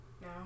No